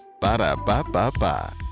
Ba-da-ba-ba-ba